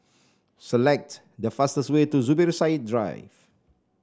select the fastest way to Zubir Said Drive